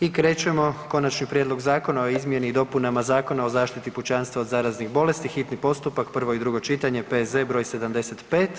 I krećemo, Konačni prijedlog zakona o izmjeni i dopunama Zakona o zaštiti pučanstva od zaraznih bolesti, hitni postupak, prvo i drugo čitanje, P.Z. br. 75.